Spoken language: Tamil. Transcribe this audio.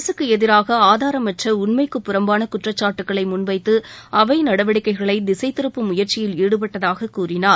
அரசுக்கு எதிராக ஆதாரமற்ற உண்மைக்கு புறம்பான குற்றச்சாட்டுக்களை முன்வைத்து அவை நடவடிக்கைகளை திசை திருப்பும் முயற்சியில் ஈடுபட்டதாக கூறினார்